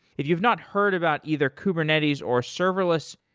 if you've not heard about either kubernetes or serverless,